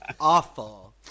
Awful